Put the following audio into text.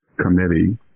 committee